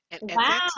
Wow